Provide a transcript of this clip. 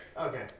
Okay